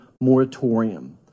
moratorium